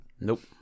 Nope